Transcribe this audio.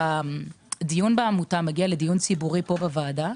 כשהדיון בעמותה מגיע לדיון ציבורי פה בוועדה,